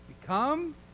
become